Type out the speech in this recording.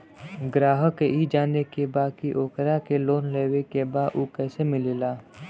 ग्राहक के ई जाने के बा की ओकरा के लोन लेवे के बा ऊ कैसे मिलेला?